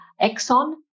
Exxon